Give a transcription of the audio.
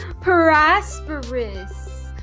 prosperous